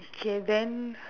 K then